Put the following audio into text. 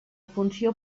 funció